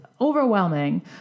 Overwhelming